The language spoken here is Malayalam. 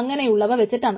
അങ്ങനെയുള്ളവ വെച്ചിട്ടാണ്